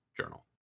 Journal